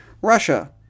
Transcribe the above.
Russia